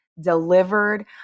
Delivered